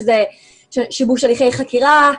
שזה שיבוש הליכי חקירה,